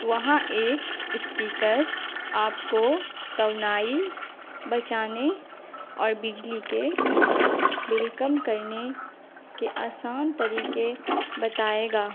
وہاں ایک اسپیکر آپ کو توانائی بچانے اور بجلی کے بل کم کرنے کے آسان طریقے بتائے گا